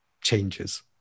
changes